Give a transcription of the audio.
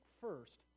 first